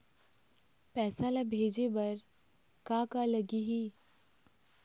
पैसा ला भेजे बार का का लगही?